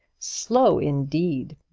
slow, indeed!